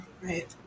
Right